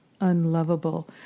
unlovable